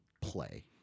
play